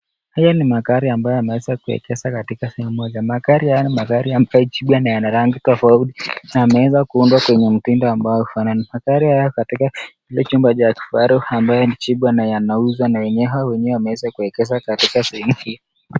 Haya ni magari ambayo yameweza kuegezwa katika sehemu moja. Magari haya ni magari ambayo ni jipya na yana rangi tofauti na yameweza kuundwa kwenye mtindo ambao haifanani. Magari haya katika jumba cha kifahari ambayo ni jipya na yanauzwa na yenyewe hao wenyewe wameweza kuegeza katika sehemu hiyo.